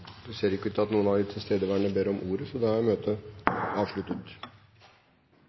Det ser ikke ut til at noen av de tilstedeværende ber om ordet. – Møtet er